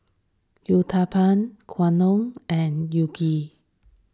Uthapam Gyudon and Unagi